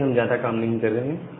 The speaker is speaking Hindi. इसमें हम ज्यादा काम नहीं कर रहे हैं